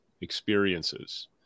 experiences